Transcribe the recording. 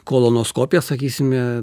kolonoskopija sakysime